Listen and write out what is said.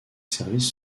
services